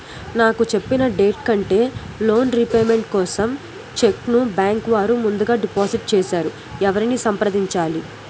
నాకు చెప్పిన డేట్ కంటే లోన్ రీపేమెంట్ కోసం చెక్ ను బ్యాంకు వారు ముందుగా డిపాజిట్ చేసారు ఎవరిని సంప్రదించాలి?